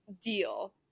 deal